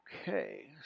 Okay